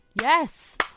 Yes